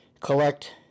collect